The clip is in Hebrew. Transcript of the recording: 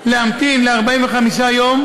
להמתין 45 יום,